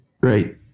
right